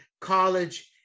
college